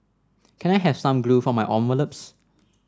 can I have some glue for my envelopes